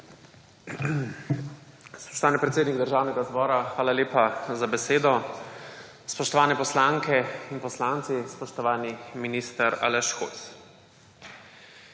Spoštovani, predsednik Državnega zbora, hvala lepa za besedo. Spoštovane poslanke in poslanci, spoštovani minister Aleš Hojs!